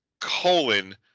colon